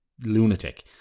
lunatic